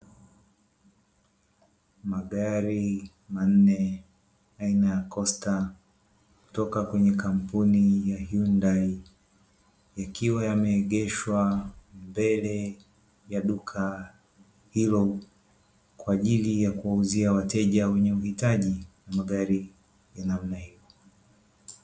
Magari manne aina ya kosta, kutoka kwenye kampuni Yundai yakiwa yameegeshwa mbele ya duka hilo, kwa ajili ya kuuzia wateja wenye uhitaji magari ya namna hiyo.